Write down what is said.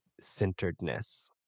centeredness